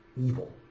Evil